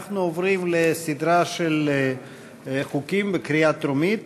אנחנו עוברים לסדרה של חוקים לקריאה טרומית.